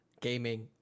gaming